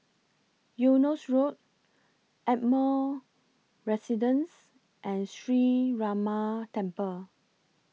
Eunos Road Ardmore Residence and Sree Ramar Temple